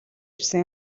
ирсэн